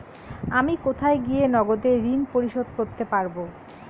আমি কোথায় গিয়ে নগদে ঋন পরিশোধ করতে পারবো?